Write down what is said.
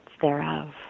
thereof